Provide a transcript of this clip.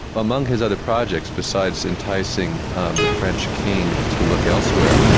among his other projects besides enticing um the french king to look elsewhere,